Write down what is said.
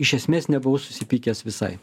iš esmės nebuvau susipykęs visai